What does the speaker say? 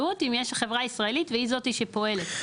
יש חברה ישראלית והיא זאת שפועלת?